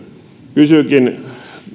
kysynkin